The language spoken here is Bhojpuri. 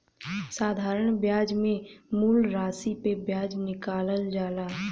साधारण बियाज मे मूल रासी पे बियाज निकालल जाला